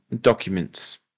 documents